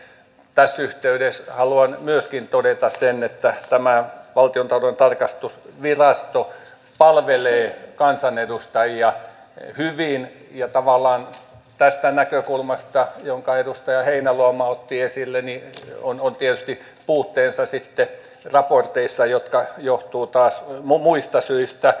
tässä yhteydessä haluan myöskin todeta sen että valtiontalouden tarkastusvirasto palvelee kansanedustajia hyvin ja tavallaan tästä näkökulmasta jonka edustaja heinäluoma otti esille on raporteissa tietysti puutteensa jotka johtuvat taas muista syistä